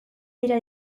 dira